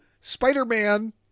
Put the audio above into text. Spider-Man